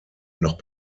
noch